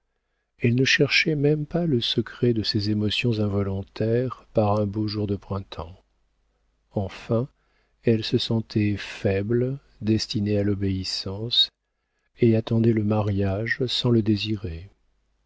elle ne cherchait même pas le secret de ses émotions involontaires par un beau jour de printemps enfin elle se sentait faible destinée à l'obéissance et attendait le mariage sans le désirer